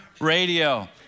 radio